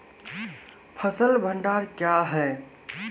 फसल भंडारण क्या हैं?